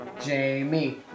Jamie